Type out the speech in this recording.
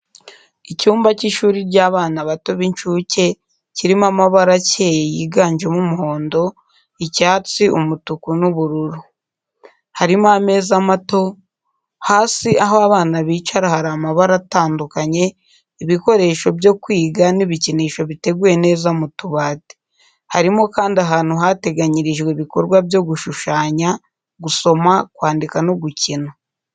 Icyumba cy’ishuri ry’abana bato b'incuke kirimo amabara akeye yiganjemo umuhondo, icyatsi, umutuku, n’ubururu. Harimo ameza mato, hasi aho abana bicara hari amabara atandukanye, ibikoresho byo kwiga n’ibikinisho biteguye neza mu tubati. Harimo kandi ahantu hateganyirijwe ibikorwa byo gushushanya, gusoma, kwandika no gukina.